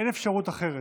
אין אפשרות אחרת.